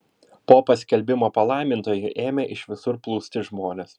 po paskelbimo palaimintuoju ėmė iš visur plūsti žmonės